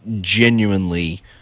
genuinely